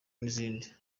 n’izindi